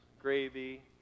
gravy